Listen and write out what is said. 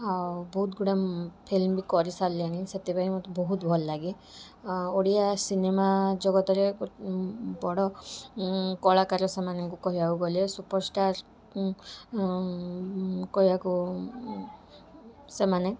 ଆଉ ବହୁତ ଗୁଡ଼ାଏ ଫିଲ୍ମ ବି କରିସାରିଲେଣି ସେଥିପାଇଁ ମତେ ବହୁତ ଭଲ ଲାଗେ ଆ ଓଡ଼ିଆ ସିନେମା ଜଗତରେ ବଡ଼ କଳାକାର ସେମାନଙ୍କୁ କହିବାକୁ ଗଲେ ସୁପରଷ୍ଟାର କହିବାକୁ ସେମାନେ